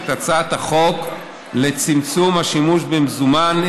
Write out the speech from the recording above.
את הצעת החוק לצמצום השימוש במזומן,